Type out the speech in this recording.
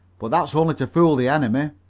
but that's only to fool the enemy.